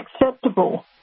acceptable